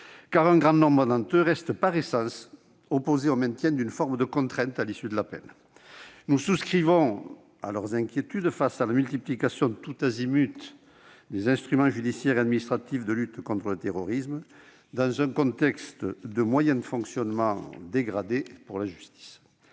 un grand nombre d'entre eux restent par essence opposés au maintien d'une forme de contrainte à l'issue de la peine. Nous partageons leurs inquiétudes face à la multiplication tous azimuts des instruments judiciaires et administratifs de lutte contre le terrorisme, dans un contexte de moyens de fonctionnements dégradés pour la justice.